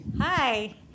Hi